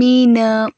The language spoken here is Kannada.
ಮೀನು